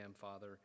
Father